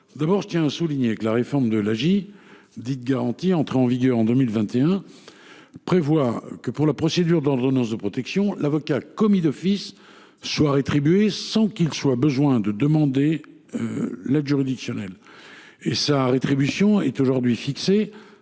matière. Je tiens à le souligner, depuis la réforme de l’AJ garantie entrée en vigueur en 2021, dans le cadre d’une procédure d’ordonnance de protection, l’avocat commis d’office est rétribué sans qu’il soit besoin de demander l’aide juridictionnelle. Sa rétribution est aujourd’hui fixée